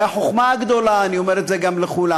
והחוכמה הגדולה, אני אומר את זה גם לכולנו,